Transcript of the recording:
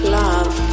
love